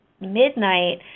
midnight